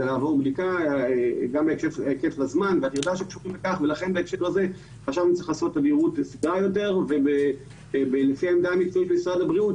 לכן בהקשר הזה חשבנו שצריך לעשות תדירות אחרת ולפי העמדה במשרד הבריאות,